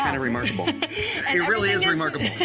and remarkable. and it really is remarkable.